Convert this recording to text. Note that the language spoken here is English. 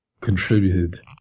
contributed